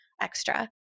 extra